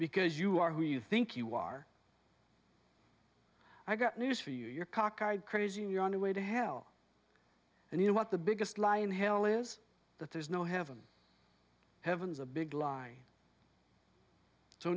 because you are who you think you are i got news for you you're cockeyed crazy you're on the way to hell and you know what the biggest lie in hell is that there's no heaven heaven is a big lie